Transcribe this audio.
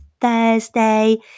thursday